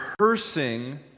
rehearsing